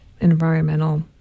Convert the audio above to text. environmental